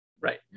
Right